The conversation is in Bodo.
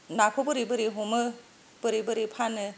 नाखौ बोरै बोरै हमो बोरै बोरै फानो